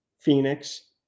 Phoenix